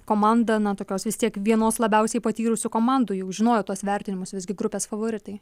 komanda na tokios vis tiek vienos labiausiai patyrusių komandų jau žinojo tuos vertinimus visgi grupės favoritai